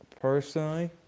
personally